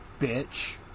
bitch